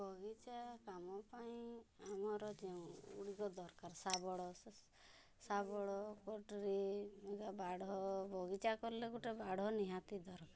ବଗିଚା କାମ ପାଇଁ ଆମର ଯେଉଁ ଗୁଡ଼ିକ ଦରକାର୍ ଶାବଳ ଶାବଳ କଟୁରୀ ବାଡ଼ ବଗିଚା କଲେ ଗୋଟେ ବାଡ଼ ନିହାତି ଦରକାର୍